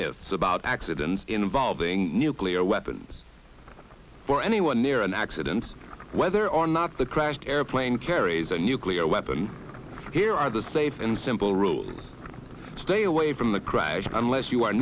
myths about accidents involving nuclear weapons for anyone near an accident whether or not the crashed airplane carries a nuclear weapon here are the safe and simple rules stay away from the crash and i'm less you are